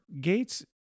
Gates